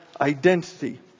identity